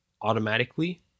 automatically